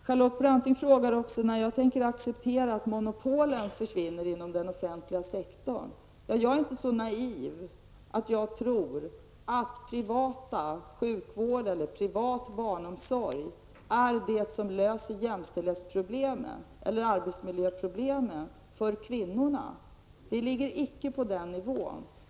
Charlotte Branting frågar också när jag tänker acceptera att monopolen inom den offentliga sektorn försvinner. Jag är inte så naiv att jag tror att privat sjukvård eller privat barnomsorg löser jämställdhetsproblemen eller arbetsmiljöproblemen för kvinnorna. Det ligger icke på den nivån.